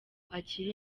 akiri